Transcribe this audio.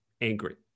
angry